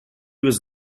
was